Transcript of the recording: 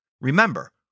remember